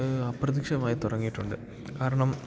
അപ്രത്യക്ഷമായി തുടങ്ങിയിട്ടുണ്ട് കാരണം